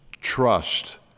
trust